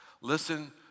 Listen